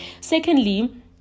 Secondly